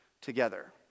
together